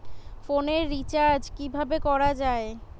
ফোনের রিচার্জ কিভাবে করা যায়?